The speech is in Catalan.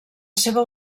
seva